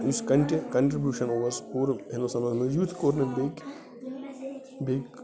یُس کَنٹہِ کَنٛٹربیٛوٗشَن اوس پوٗرٕ ہِنٛدوستانَس منٛز یُتھ کوٚر نہٕ بیٚیہِ بیٚیہِ